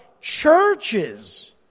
Churches